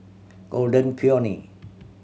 Golden Peony